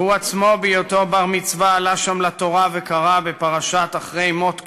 והוא עצמו בהיותו בר-מצווה עלה שם לתורה וקרא בפרשת אחרי מות קדושים.